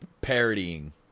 parodying